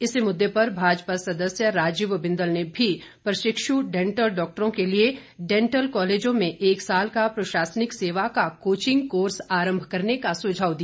इसी मुद्दे पर भाजपा सदस्य राजीव बिंदल ने भी प्रशिक्षु डेंटल डॉक्टरों के लिए डेंटल कालेजों में एक साल का प्रशासनिक सेवा का कोचिंग कोर्स आरंभ करने का सुझाव दिया